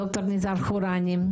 ד"ר ניזאר חוראני.